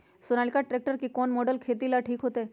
Sonalika tractor के कौन model खेती ला ठीक होतै?